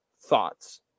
thoughts